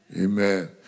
Amen